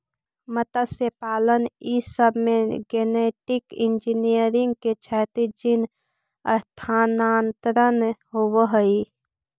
मत्स्यपालन ई सब में गेनेटिक इन्जीनियरिंग से क्षैतिज जीन स्थानान्तरण होब हई